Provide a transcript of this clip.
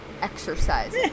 exercise